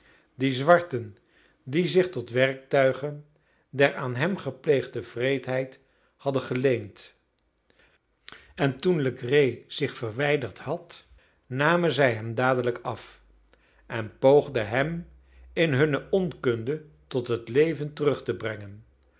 die zwarten die zich tot werktuigen der aan hem gepleegde wreedheid hadden geleend en toen legree zich verwijderd had namen zij hem dadelijk af en poogden hem in hunne onkunde tot het leven terug te brengen alsof